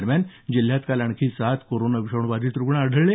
दरम्यान जिल्ह्यात काल आणखी सात कोरोना विषाणू बाधित रुग्ण आढळले